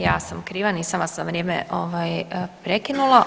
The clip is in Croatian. Ja sam kriva, nisam vas na vrijeme prekinula.